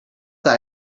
that